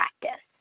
practice